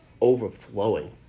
overflowing